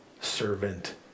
servant